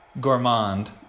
gourmand